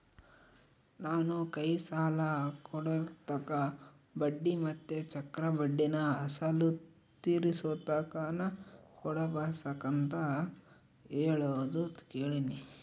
ನಾನು ಕೈ ಸಾಲ ಕೊಡೋರ್ತಾಕ ಬಡ್ಡಿ ಮತ್ತೆ ಚಕ್ರಬಡ್ಡಿನ ಅಸಲು ತೀರಿಸೋತಕನ ಕೊಡಬಕಂತ ಹೇಳೋದು ಕೇಳಿನಿ